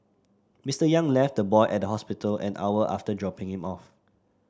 Mister Yang left the boy at the hospital an hour after dropping him off